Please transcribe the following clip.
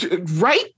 Right